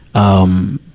um,